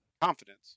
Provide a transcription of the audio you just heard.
confidence